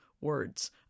words